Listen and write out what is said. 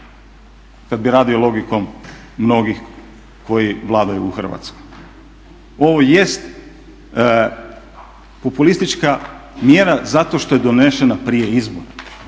Kad bi radio logikom mnogih koji vladaju u Hrvatskoj. Ovo jeste populistička mjera zato što je donešena prije izbora,